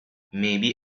maybe